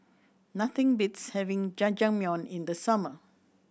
nothing beats having Jajangmyeon in the summer